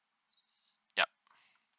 yup